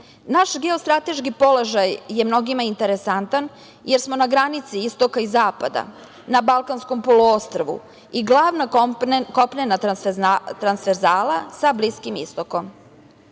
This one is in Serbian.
geostrateški položaj je mnogima interesantan, jer smo na granici istoka i zapada, na Balkanskom poluostrvu i glavna kopnena transverzala sa Bliskim istokom. Srbija